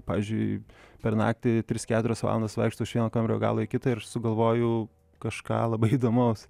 pavyzdžiui per naktį tris keturias valandas vaikštau šio kamuolio galo į kitą ir sugalvoju kažką labai įdomaus